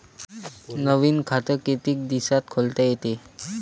नवीन खात कितीक दिसात खोलता येते?